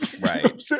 Right